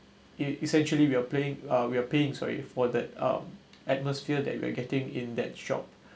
it essentially we are playing uh we're paying sorry for that um atmosphere that we are getting in that shop